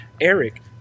Eric